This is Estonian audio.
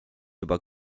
juba